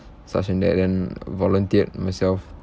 such and that then volunteered myself